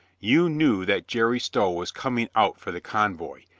you knew that jerry stow was coming out for the convoy.